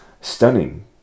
stunning